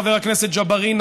חבר הכנסת ג'בארין,